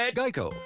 geico